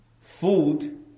food